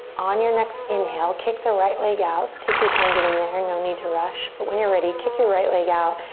on your next inhale, kick the right leg out, so take your time getting there, no need to rush, but when you're ready, kick your right leg out,